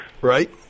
Right